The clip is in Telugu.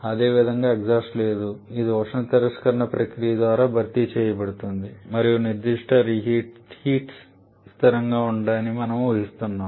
అదేవిధంగా ఎగ్జాస్ట్ లేదు ఇది ఉష్ణ తిరస్కరణ ప్రక్రియ ద్వారా భర్తీ చేయబడుతోంది మరియు నిర్దిష్ట హీట్స్ స్థిరంగా ఉంటాయని మనము ఊహిస్తున్నాము